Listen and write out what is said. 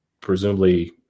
presumably